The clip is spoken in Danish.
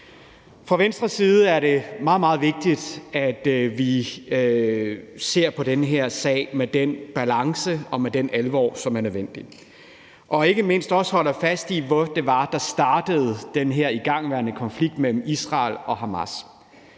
Fra Venstres side er det meget, meget vigtigt, at vi ser på den her sag med den balance og med den alvor, som er nødvendig, og ikke mindst også holder fast i, hvad det var, der startede den her igangværende konflikt mellem Israel og Hamas.